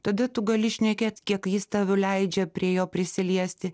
tada tu gali šnekėt kiek jis tau leidžia prie jo prisiliesti